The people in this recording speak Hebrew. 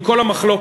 עם כל המחלוקת,